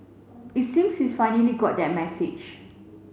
it seems he's finally got that message